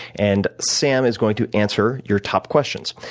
and sam is going to answer your top questions.